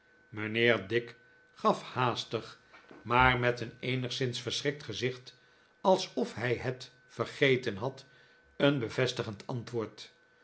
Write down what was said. mijnheer dick gaf haastig maar met een eenigszins verschrikt gezicht alsof hij het vergeten had een bevestigend antwoord